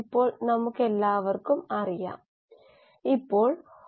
അവ പൂർണ്ണമായി എന്താണെന്ന് അറിയില്ല പക്ഷേ അവ ഉപയോഗപ്രദമുള്ളവയാണ്